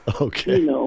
Okay